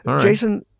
Jason